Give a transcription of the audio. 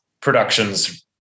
productions